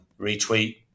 retweet